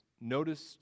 noticed